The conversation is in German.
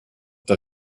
der